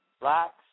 blacks